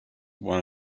one